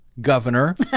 governor